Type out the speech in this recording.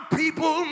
people